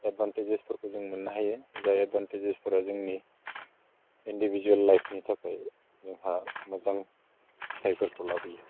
एदभानथेजेसफोरखौ जों मोननो हायो जाय एदभानथेजेसफोरा जोंनि इन्दिभिजुयेल लाइफनि थाखाय जोंहा मोजां फिथाइफोरखौ लाबोयो